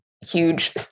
huge